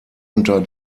unter